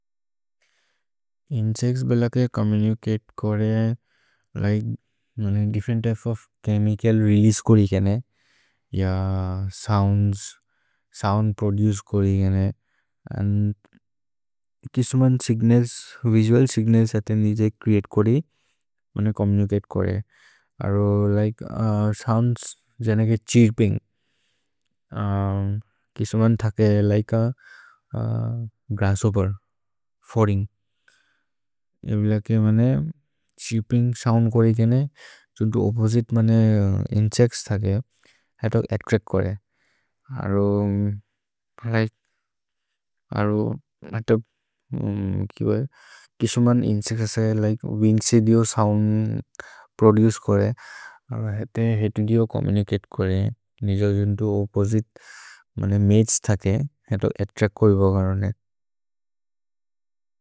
इन्सेच्त्स् बेल के चोम्मुनिचते कोरे। Like different type of chemical release कोरि केने, य सोउन्द्स्, सोउन्द् प्रोदुचे कोरि केने, अन्द् किसुमन् सिग्नल्स्, विसुअल् सिग्नल्स् अथे निजे च्रेअते कोरि। मने चोम्मुनिचते कोरे, अरो लिके सोउन्द्स् जन के छिर्पिन्ग्, किसुमन् थके लिके अ ग्रस्शोप्पेर्, फल्लिन्ग्, बेल के मेअनिन्ग् छिर्पिन्ग् सोउन्द् कोरि केने। जुन्तो ओप्पोसिते मेअनिन्ग् इन्सेच्त्स् थके, हत अत्रच्क् कोरे, अरो लिके किसुमन् इन्सेच्त्स् असे लिके विन्द्छिल्ल् योन् सोउन्द् प्रोदुचे कोरे। हत हते योन् चोम्मुनिचते कोरे, निज जुन्तो ओप्पोसिते मने मतेस् थके, हत अत्रच्क् कोइ ब घरोन्।